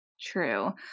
true